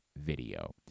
video